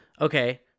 okay